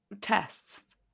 tests